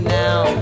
now